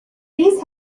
these